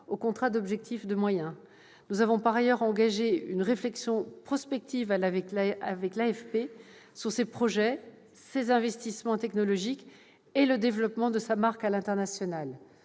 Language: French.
au contrat d'objectifs et de moyens. Nous avons, par ailleurs, engagé une réflexion prospective avec l'AFP sur ses projets, ses investissements technologiques et le développement de sa marque à l'international.